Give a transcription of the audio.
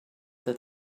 that